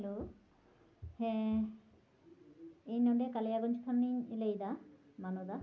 hello ᱦᱮᱸ ᱤᱧᱫᱚ ᱠᱟᱞᱮᱭᱟᱜᱚᱸᱡᱽ ᱠᱷᱚᱱᱤᱧ ᱞᱟᱹᱭᱫᱟ ᱢᱟᱱᱚᱫᱟ